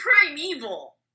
Primeval